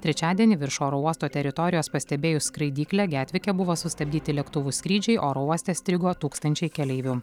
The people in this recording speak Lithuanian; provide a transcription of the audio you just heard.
trečiadienį virš oro uosto teritorijos pastebėjus skraidyklę getvike buvo sustabdyti lėktuvų skrydžiai oro uoste strigo tūkstančiai keleivių